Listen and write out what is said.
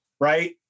right